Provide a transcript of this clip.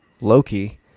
loki